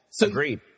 Agreed